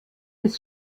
des